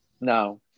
No